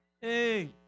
Hey